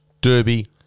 Derby